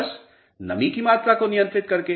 बस नमी की मात्रा को नियंत्रित करके